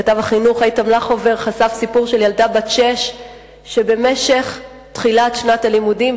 כתב החינוך איתן לחובר חשף סיפור של ילדה בת שש שבתחילת שנת הלימודים,